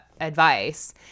advice